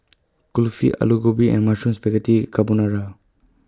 Kulfi Alu Gobi and Mushroom Spaghetti Carbonara